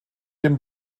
dem